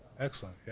excellent, yeah